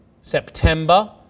September